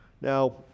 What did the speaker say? now